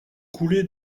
coulaient